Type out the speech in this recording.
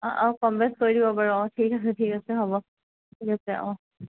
অঁ অঁ কম বেচ কৰি দিব বাৰু অঁ ঠিক আছে ঠিক আছে হ'ব ঠিক আছে অঁ